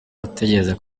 gutegereza